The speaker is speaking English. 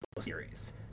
series